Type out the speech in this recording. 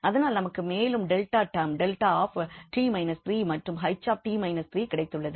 அதனால் நமக்கு மேலும் டெல்ட்டா டேர்ம் 𝛿𝑡 − 3 மற்றும் 𝐻𝑡 − 3 கிடைத்துள்ளது